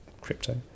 crypto